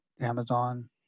Amazon